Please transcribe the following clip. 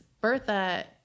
Bertha